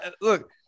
look